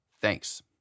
Thanks